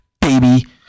baby